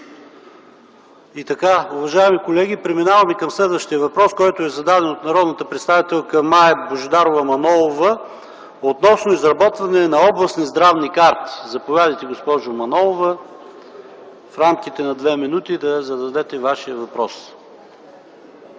ШОПОВ: Уважаеми колеги, преминаваме към следващия въпрос, зададен от народния представител Мая Божидарова Манолова относно изработване на областни здравни карти. Заповядайте, госпожо Манолова, в рамките на две минути да зададете Вашия въпрос.